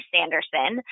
Sanderson